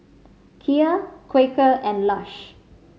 Kia Quaker and Lush